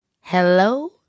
Hello